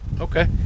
Okay